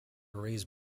raise